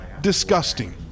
disgusting